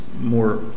more